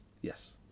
Yes